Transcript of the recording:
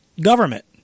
government